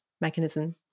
mechanism